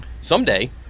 Someday